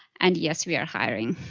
and yes, we are hiring.